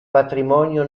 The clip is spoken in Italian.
patrimonio